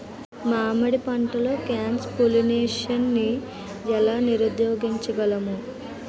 మామిడి పంటలో cross pollination నీ ఏల నీరోధించగలము?